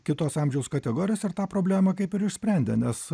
kitos amžiaus kategorijos ar tą problemą kaip ir išsprendė nes